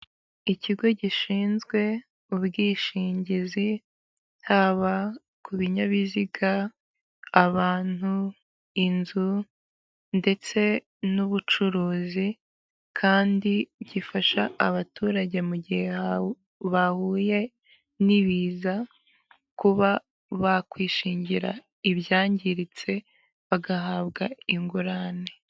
Ikigo gishinzwe ubwishingizi haba ku binyabiziga, abantu, inzu, ndetse n'ubucuruzi kandi gifasha abaturage mu gihe bahuye n'ibiza, kuba bakwishingira ibyangiritse bagahabwa ingurane.